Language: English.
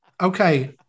okay